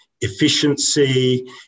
efficiency